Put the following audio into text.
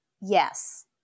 Yes